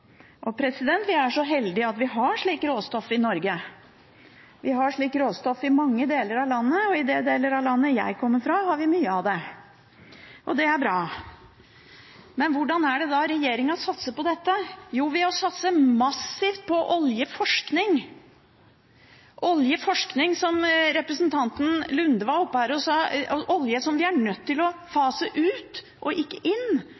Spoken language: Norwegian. Vi er så heldige at vi har slikt råstoff i Norge. Vi har slikt råstoff i mange deler av landet, og i den delen av landet jeg kommer fra, har vi mye av det. Det er bra. Men hvordan er det da regjeringen satser på dette? Jo, ved å satse massivt på oljeforskning – oljeforskning, som representanten Nordby Lunde var her oppe og sa – olje, som vi er nødt til å fase ut, og ikke inn,